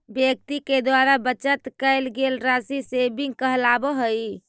व्यक्ति के द्वारा बचत कैल गेल राशि सेविंग कहलावऽ हई